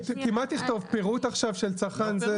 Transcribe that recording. כי מה תכתוב פירוט עכשיו של צרכן.